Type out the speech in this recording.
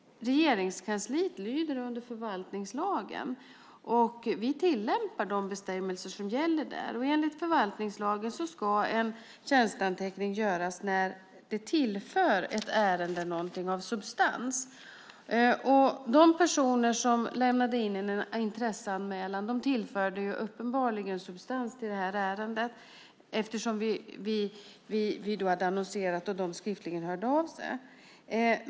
Regeringskansliet lyder under förvaltningslagen, och vi tillämpar de bestämmelser som gäller där. Enligt förvaltningslagen ska en tjänsteanteckning göras när det tillför ett ärende något av substans. De personer som lämnade in intresseanmälningar tillförde uppenbarligen substans till det här ärendet när vi hade annonserat och de skriftligen hörde av sig.